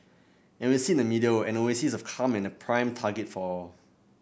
and we sit in the middle an oasis of calm and a prime target for all